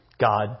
God